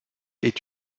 est